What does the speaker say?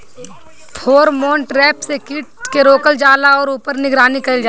Pheromone trap से कीट के रोकल जाला और ऊपर निगरानी कइल जाला?